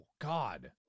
God